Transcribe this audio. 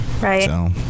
Right